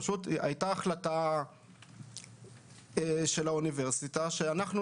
פשוט הייתה החלטה של האוניברסיטה לא